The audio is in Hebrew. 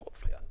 אני מפריע.